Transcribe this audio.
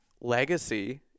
legacy